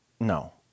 No